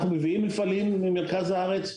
אנחנו מביאים מפעלים ממרכז הארץ,